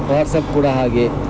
WhatsApp ಕೂಡ ಹಾಗೆ